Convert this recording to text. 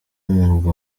murwa